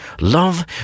Love